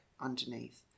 underneath